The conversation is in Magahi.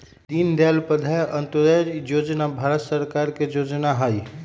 दीनदयाल उपाध्याय अंत्योदय जोजना भारत सरकार के जोजना हइ